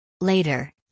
Later